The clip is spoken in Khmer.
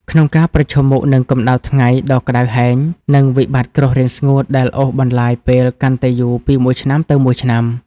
ក្នុងការប្រឈមមុខនឹងកម្ដៅថ្ងៃដ៏ក្ដៅហែង និងវិបត្តិគ្រោះរាំងស្ងួតដែលអូសបន្លាយពេលកាន់តែយូរពីមួយឆ្នាំទៅមួយឆ្នាំ។